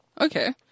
Okay